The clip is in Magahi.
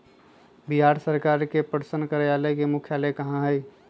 बिहार सरकार के पटसन कार्यालय के मुख्यालय कहाँ हई?